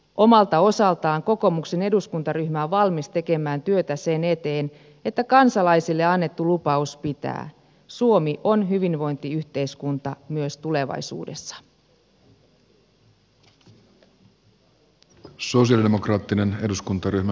omalta osaltaan kokoomuksen eduskuntaryhmä on valmis tekemään työtä sen eteen että kansalaisille annettu lupaus pitää suomi on hyvinvointiyhteiskunta myös tulevaisuudessa